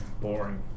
Boring